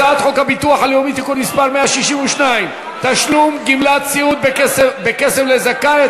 הצעת חוק הביטוח הלאומי (תיקון מס' 162) (תשלום גמלת סיעוד בכסף לזכאי),